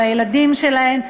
על הילדים שלהן,